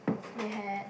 they had